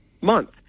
month